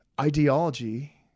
Ideology